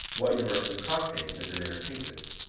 what you are concocting is an entertainment.